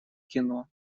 кино